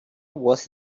was